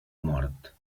mort